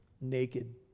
naked